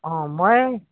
অঁ মই